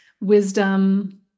wisdom